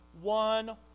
one